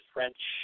French